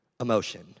emotion